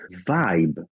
vibe